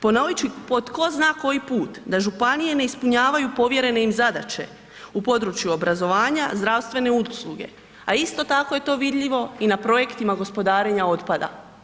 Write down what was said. Ponovit ću po tko zna koji put, da županije ne ispunjavaju povjerene im zadaće u području obrazovanja, zdravstvene usluge, a isto tako je to vidljivo i na projektima gospodarenja otpada.